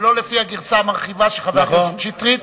ולא לפי הגרסה המרחיבה שחבר הכנסת שטרית